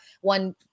one